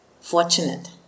fortunate